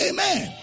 Amen